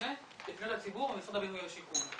תפנה לפניות הציבור במשרד הבינוי והשיכון.